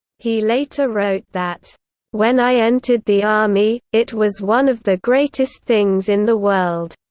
he later wrote that when i entered the army, it was one of the greatest things in the world,